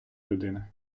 людини